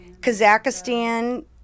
Kazakhstan